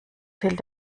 fehlt